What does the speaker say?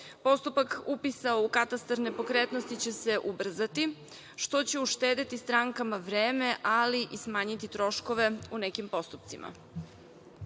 Postupak upisa u katastar nepokretnosti će se ubrzati, što će uštedeti strankama vreme, ali i smanjiti troškove u nekim postupcima.U